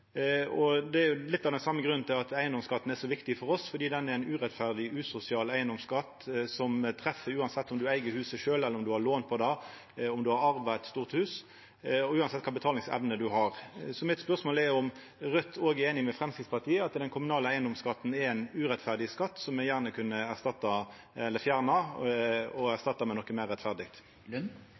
Av same grunn er eigedomsskatten så viktig for oss, for det er ein urettferdig og usosial eigedomsskatt, som treffer uansett om ein eig huset sjølv, har lån på det eller har arva eit stort hus – altså uansett kva betalingsevne ein har. Spørsmålet mitt er om Raudt òg er einig med Framstegspartiet i at den kommunale eigedomsskatten er ein urettferdig skatt, som me gjerne kunne ha fjerna og erstatta med noko meir